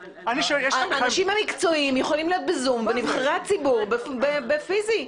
האנשים המקצועיים יכולים להיות ב-זום ונבחרי הציבור באופן פיזי.